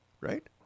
right